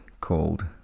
called